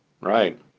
right